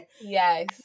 Yes